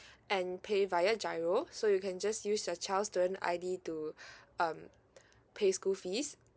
and pay via giro so you can just use your child's student i d to um pay school fees